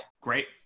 Great